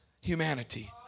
humanity